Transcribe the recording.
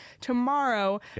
tomorrow